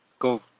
Go